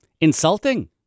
Insulting